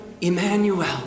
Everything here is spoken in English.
Emmanuel